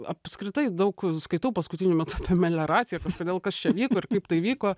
apskritai daug skaitau paskutiniu metu apie melioraciją kažkodėl kas čia vyko ir kaip tai vyko